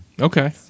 Okay